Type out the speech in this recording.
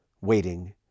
waiting